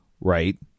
right